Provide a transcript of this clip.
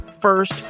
first